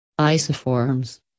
isoforms